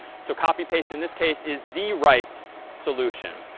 so copy paste, in this case, is the right solution.